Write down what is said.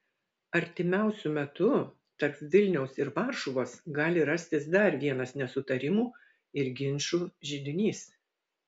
artimiausiu metu tarp vilniaus ir varšuvos gali rastis dar vienas nesutarimų ir ginčų židinys